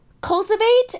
cultivate